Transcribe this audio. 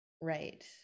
Right